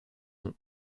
nom